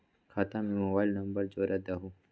खाता में mobile number जोड़ दहु?